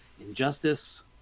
Injustice